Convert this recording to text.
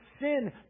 sin